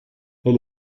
elle